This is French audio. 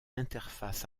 interface